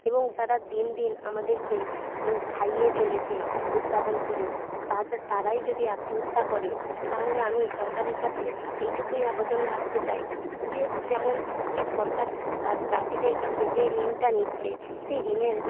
এবং যারা দিন দিন আমাদেরকে খাইয়ে চলেছে উৎপাদন করে তারা তারাই যদি আত্মহত্যা করে তাহলে আমি সরকারের কাছে এইটুকুই আবেদন রাখতে চাই যে যেমন যে সরকার চাষিদের কাছে যেই ঋণটা নিচ্ছে সেই ঋণের